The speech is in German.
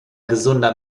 gesunder